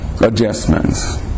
adjustments